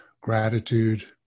Gratitude